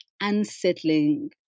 unsettling